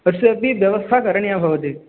तस्यापि व्यवस्था करणीया भवति